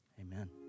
Amen